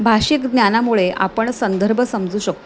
भाषिक ज्ञानामुळे आपण संदर्भ समजू शकतो